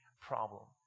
problem